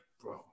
Bro